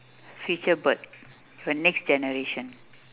future birth the next generation